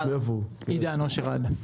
היי, עידן מנכ"ל אושר עד.